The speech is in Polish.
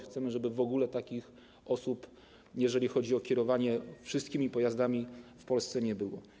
Chcemy, żeby w ogóle takich osób, jeżeli chodzi o kierowanie wszystkimi pojazdami, w Polsce nie było.